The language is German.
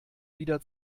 wieder